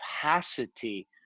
capacity